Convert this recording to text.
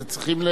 אז צריכים,